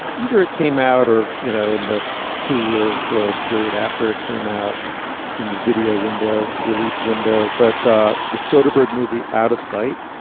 either it came out or, you know, in the two years period after it came out in the video window release window. but the the soderbergh movie out of sight,